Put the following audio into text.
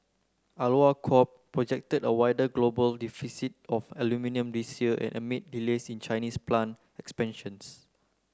Alcoa Corp projected a wider global deficit of aluminium this year and amid delays in Chinese plant expansions